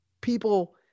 people